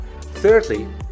Thirdly